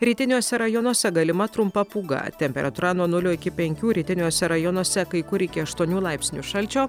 rytiniuose rajonuose galima trumpa pūga temperatūra nuo nulio iki penkių rytiniuose rajonuose kai kur iki aštuonių laipsnių šalčio